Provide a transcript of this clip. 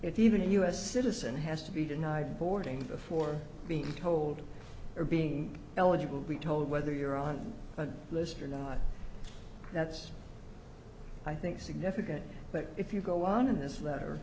it's even a us citizen has to be denied boarding before being told or being eligible to be told whether you're on a list or not that's i think significant but if you go on in this